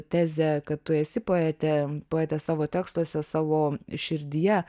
tezę kad tu esi poetė poetė savo tekstuose savo širdyje